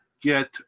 get